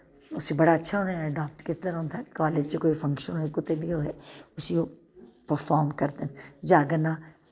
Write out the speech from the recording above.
उस्सी बड़ा अच्छा उ'नें अडाप्ट कीते दा होंदा ऐ कालेज च कोई फंक्शन होए कुतै बी होए उस्सी ओह् प्रफार्म करदे न जागरना